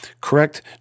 correct